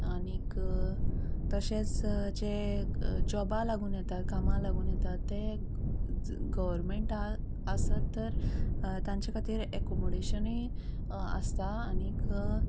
आनीक तशेंच जे जोबा लागून येता कामां लागून येता ते गर्वमेंटाक आहा आसा तर तांचें खातीर ऍकोमोडेशनय आसता आनीक